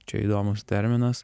čia įdomus terminas